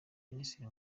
minisitiri